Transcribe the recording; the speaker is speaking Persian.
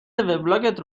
وبلاگت